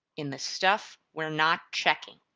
in the stuff we're not checking.